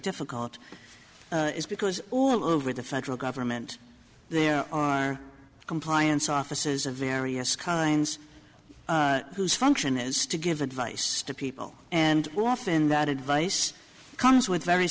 difficult is because all over the federal government there are compliance officers of various kinds whose function is to give advice to people and often that advice comes with very